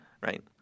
right